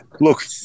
Look